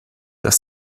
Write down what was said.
das